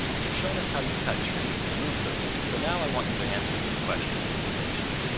you've shown us how you cut trees and move them, so now i want you to answer a few questions, said she.